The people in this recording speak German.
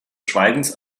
schweigens